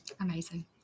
amazing